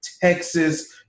Texas